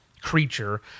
creature